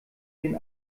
den